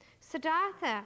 Siddhartha